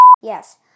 yes